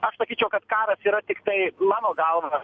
aš sakyčiau kad karas yra tiktai mano galva